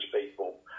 people